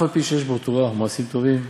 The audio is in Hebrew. אף-על-פי שיש בו תורה ומעשים טובים,